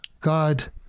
God